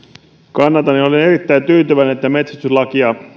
kannatan ja olen erittäin tyytyväinen että metsästyslakia